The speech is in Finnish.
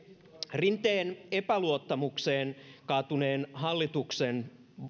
rinteen epäluottamukseen kaatuneen hallituksen